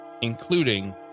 including